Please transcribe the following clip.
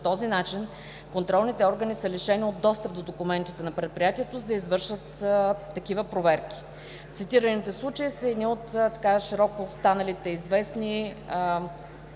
този начин контролните органи са лишени от достъп до документите на предприятието, за да извършват такива проверки.“ Цитираните случаи са едни от станалите широко известни